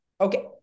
okay